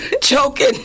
Choking